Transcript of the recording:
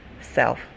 self